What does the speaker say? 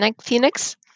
Phoenix